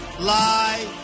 lie